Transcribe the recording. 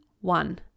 one